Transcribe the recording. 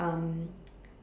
um